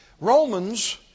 Romans